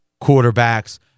quarterbacks